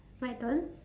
my turn